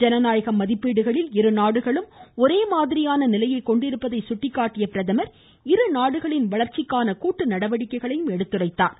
ஜனநாயக மதிப்பீடுகளில் இருநாடுகளும் ஒரே மாதிரியான நிலையை கொண்டிருப்பதை சுட்டிக்காட்டிய பிரதமர் இருநாடுகளின் வளர்ச்சிக்கான கூட்டு நடவடிக்கைகளையும் எடுத்துரைத்தார்